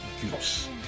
Goose